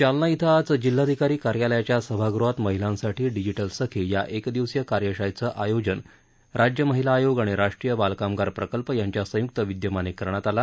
जालना इथं आज जिल्हाधिकारी कार्यालयाच्या सभागृहात महिलांसाठी डिजिटल सखी या एकदिवसीय कार्यशाळेचं आयोजन राज्य महिला आयोग आणि राष्टीय बालकामगार प्रकल्प यांच्या संयुक्त विद्यमाने करण्यात आला